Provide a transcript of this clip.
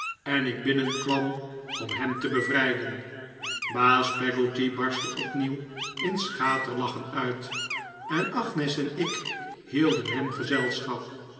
en ik binnenkwam om hem te bevrijden baas peggotty barstte opnieuw in schaterlachen uit en agnes en ik hielden hem gezelschap